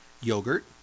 yogurt